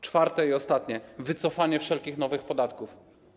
Czwarte i ostatnie - wycofanie wszelkich nowych podatków.